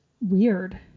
weird